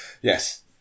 Yes